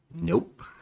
Nope